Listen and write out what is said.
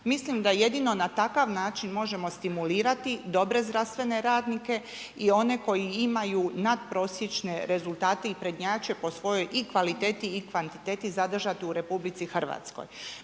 Mislim da jedino na takav način možemo stimulirati dobre zdravstvene radnike i one koji imaju nadprosječne rezultate i prednjače po svojoj i kvaliteti i kvantiteti zadržati u Republici Hrvatskoj.